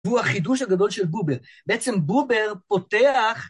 והוא החידוש הגדול של בובר. בעצם בובר פותח...